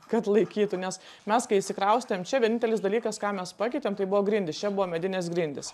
kad laikytų nes mes kai išsikraustėm čia vienintelis dalykas ką mes pakeitėm tai buvo grindys čia buvo medinės grindys